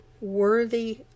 worthy